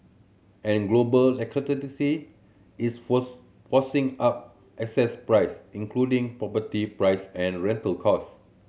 and global is force forcing up price including property price and rental cost